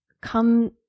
come